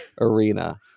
Arena